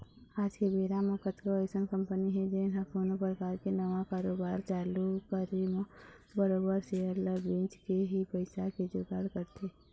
आज के बेरा म कतको अइसन कंपनी हे जेन ह कोनो परकार के नवा कारोबार चालू करे म बरोबर सेयर ल बेंच के ही पइसा के जुगाड़ करथे